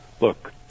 look